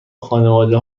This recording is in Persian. خانواده